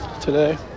today